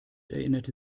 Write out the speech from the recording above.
erinnerte